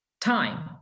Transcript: time